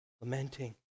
lamenting